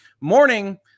Morning